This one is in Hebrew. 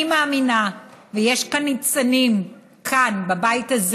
אני מאמינה, ויש כאן ניצנים כאן, בבית הזה